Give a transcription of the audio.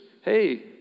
hey